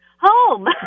Home